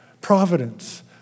providence